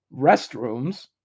restrooms